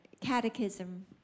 Catechism